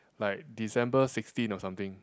like December sixteen or something